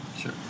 sure